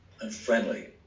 unfriendly